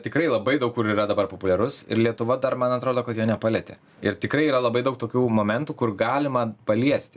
tikrai labai daug kur yra dabar populiarus ir lietuva dar man atrodo kad jo nepalietė ir tikrai yra labai daug tokių momentų kur galima paliesti